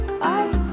bye